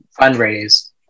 fundraise